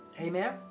Amen